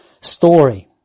story